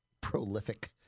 prolific